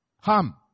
Ham